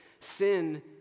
sin